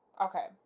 Okay